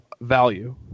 value